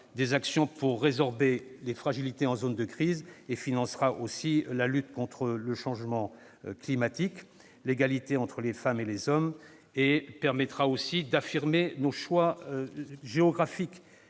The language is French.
des actions pour résorber les fragilités en zone de crise, la lutte contre le changement climatique et l'égalité entre les femmes et les hommes. Elle permettra aussi d'affirmer nos choix géographiques